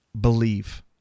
believe